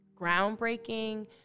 groundbreaking